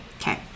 Okay